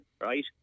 right